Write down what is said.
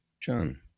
John